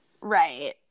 Right